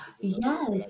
Yes